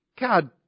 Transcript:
God